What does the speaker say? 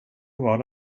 var